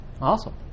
awesome